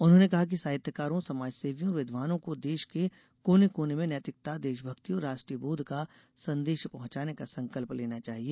उन्होंने कहा कि साहित्यकारों समाजसेवियों और विद्वानों को देश के कोने कोने में नैतिकता देशभक्ति और राष्ट्रीय बोध का संदेश पहुंचाने का संकल्प लेना चाहिए